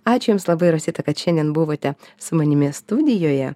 ačiū jums labai rosita kad šiandien buvote su manimi studijoje